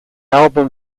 album